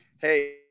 hey